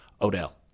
Odell